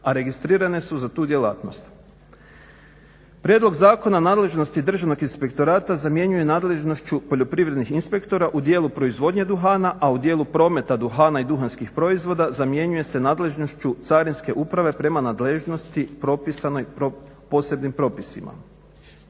a registrirane su za tu djelatnost. Prijedlog Zakona o nadležnosti Državnog inspektorata zamjenjuje nadležnošću poljoprivrednih inspektora u dijelu proizvodnje duhana, a u dijelu prometa duhana i duhanskih proizvoda zamjenjuje se nadležnošću Carinske uprave prema nadležnosti propisanoj